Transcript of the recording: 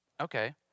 Okay